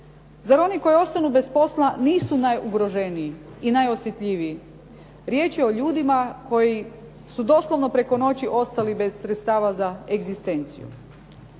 Zar oni koji ostanu bez posla nisu najugroženiji i najosjetljiviji. Riječ je o ljudima koji su doslovno preko noći ostali bez sredstava za egzistenciju.